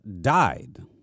died